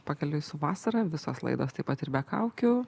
pakeliui su vasara visos laidos taip pat ir be kaukių